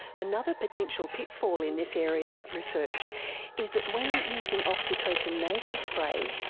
another potential pitfall in this area of research is that when using oxytocin nasal spray,